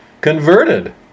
converted